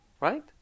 right